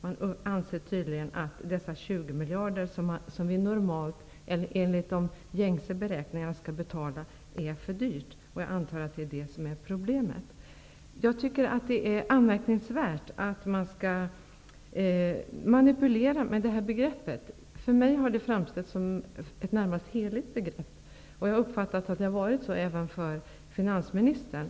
Man anser tydligen att dessa 20 miljarder kronor, som vi enligt gängse beräkningar skulle betala, är för mycket. Jag antar att det är problemet. Det är anmärkningsvärt att man manipulerar med det här begreppet. För mig har det här begreppet framstått som ett närmast heligt begrepp, och jag har uppfattat att det har varit så även för finansministern.